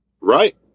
Right